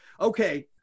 Okay